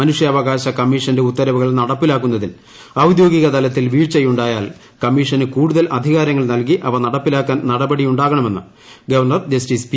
മനുഷ്യാവകാശ കമ്മീഷന്റെ ഉത്തരവുകൾ നടപ്പിലാക്കുന്നതിൽ ഔദ്യോഗിക തലത്തിൽ് വീഴ്ചയുണ്ടായാൽ കമ്മീഷന് കൂടുതൽ അധികാരങ്ങൾ നൽകി അവ നടപ്പിലാക്കാൻ നടപടിയുണ്ടാകണമെന്ന് ഗവർണർ ജസ്റ്റിസ് പി